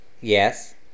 Yes